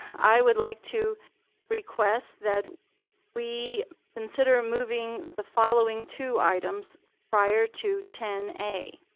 i would like to request that we consider moving the following two items prior to ten a,